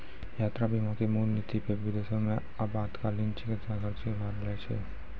यात्रा बीमा के मूल नीति पे विदेशो मे आपातकालीन चिकित्सा खर्च के भार लै छै